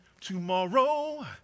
tomorrow